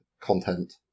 content